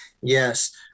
Yes